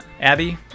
Abby